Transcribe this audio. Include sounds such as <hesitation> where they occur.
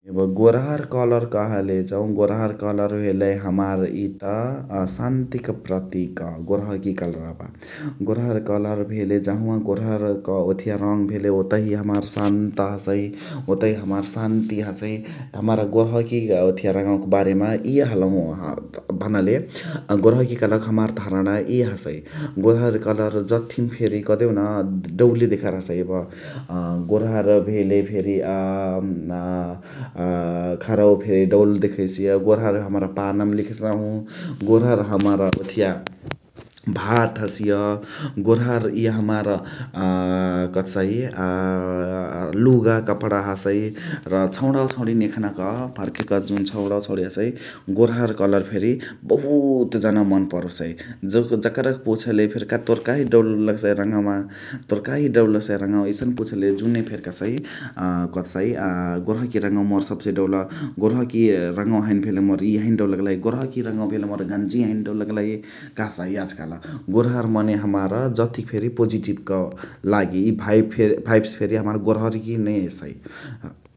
यब गोर्हर कलर कहले जउ गोर्हर कलर भेले हमार इय शान्ति क प्रतिक गोर्हकी कलरावा । गोर्हर कलर भेले जहुवा गोर्हर क ओथिया रङ भेले ओतही हमार शान्त हसइ ओतही हमार शान्ती हसइ । हमरा गोर्हकी ओथिया रङवा क बारे मा इ हलहु <hesitation> भननाले गोर्हर कलर हमार धाणना इ हसइ । गोर्हर कलर जथिम फेरी कह्देउन दउले देखार हसइ यब <hesitation> गोर्हर भेले फेरी <hesitation> घरवा फेरी दउले देखेसिय । गोर्हर हमरा पान मा लेख्सहु गोर्हर हमरा ओथिया <noise> भात हसिय <noise> गोर्हर इ हमार <hesitation> लुगा कपडा हसइ र छउडावा छउडिनी यखना क भर्खेक जुन छउडावा छउडिनी हसइ गोर्हर कलर फेरी बहुत जन मान परोसइ । जकरा के पुछले फेर्का तोर काही दउल लग्सइ रङवा तोर काही दउल लग्सइ रङवा एसने पुछले जुन फेरी कह्सइ <hesitation> गोर्हकी रङवा मोर सब से दउल । गोर्हकी रङवा हैने भेले मोर इ हैने दउल लग्लही । गोर्हकी रङवा हैने भेले मोर जन्जिया हैने दउल लग्लही कह्सइ याजुकाल । गोर्हर मने हमार जथी फेरी पोजिटिब क लागी भाइब फेरी भाइब्स फेरी हमार गोर्हकी नै एसइ ।